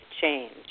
Change